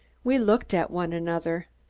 we looked at one another.